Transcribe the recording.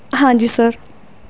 ਹਾਂਜੀ ਸਰ